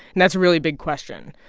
and that's a really big question.